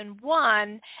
one